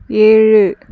ஏழு